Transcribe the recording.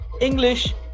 English